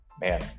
man